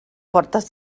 portes